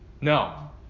No